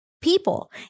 people